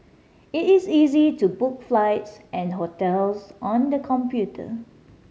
it is easy to book flights and hotels on the computer